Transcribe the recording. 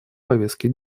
повестке